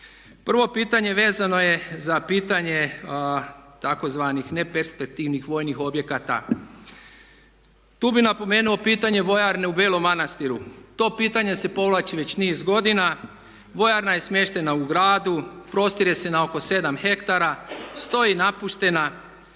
Prvo pitanje vezano je za pitanje tzv. ne perspektivnih vojnih objekata. Tu bi napomenuo pitanje vojarne u Belom Manastiru. To pitanje se povlači već niz godina. Vojarna je smještena u gradu, prostire se na oko 7 hektara, stoji napuštena.